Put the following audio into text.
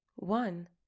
One